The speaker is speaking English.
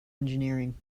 engineering